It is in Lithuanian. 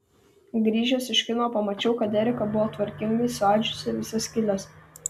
grįžęs iš kino pamačiau kad erika buvo tvarkingai suadžiusi visas skyles